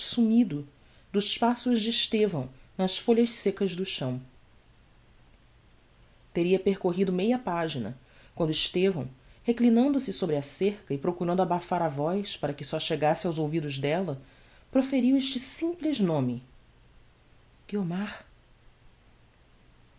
sumido dos passos de estevão nas folhas seccas do chão teria percorrido meia pagina quando estevão reclinando se sobre a cerca e procurando abafar a voz para que só chegasse aos ouvidos della proferiu este simples nome guiomar a